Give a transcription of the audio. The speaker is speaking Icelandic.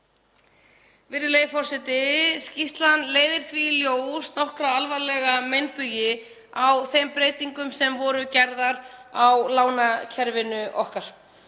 Virðulegi forseti. Skýrslan leiðir því í ljós nokkra alvarlega meinbugi á þeim breytingum sem voru gerðar á lánakerfinu okkar.